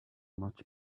much